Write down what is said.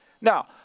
Now